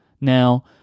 Now